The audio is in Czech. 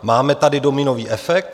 Máme tady dominový efekt.